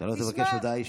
שלא תבקש הודעה אישית.